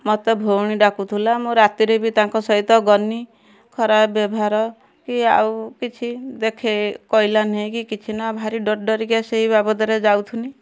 ମତେ ଭଉଣୀ ଡାକୁଥୁଲା ମୁଁ ରାତିରେ ବି ତାଙ୍କ ସହିତ ଗନି ଖରାପ ବ୍ୟବହାର କି ଆଉ କିଛି ଦେଖେ କହିଲା ନାହିଁ କି କିଛି ନ ଭାରି ଡରି ଡରିକା ସେଇ ବାବଦରେ ଯାଉଥିନି